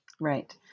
Right